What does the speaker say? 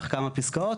כמה תוכניות